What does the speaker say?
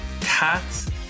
Cats